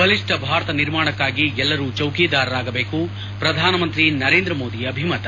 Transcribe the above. ಬಲಿಷ್ಠ ಭಾರತ ನಿರ್ಮಾಣಕ್ಕಾಗಿ ಎಲ್ಲರೂ ಚೌಕಿದಾರರಾಗಬೇಕು ಶ್ರಧಾನಮಂತ್ರಿ ನರೇಂದ್ರ ಮೋದಿ ಅಭಿಮತ